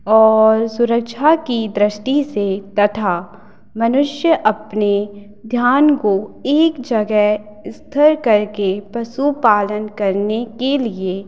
और सुरक्षा की दृष्टि से तथा मनुष्य अपने ध्यान को एक जगह स्थिर करके पशुपालन करने के लिए